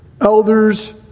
elders